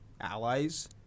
allies